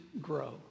grow